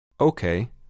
Okay